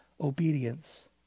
obedience